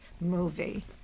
movie